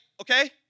okay